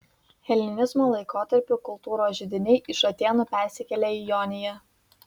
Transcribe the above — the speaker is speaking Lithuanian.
helenizmo laikotarpiu kultūros židiniai iš atėnų persikėlė į joniją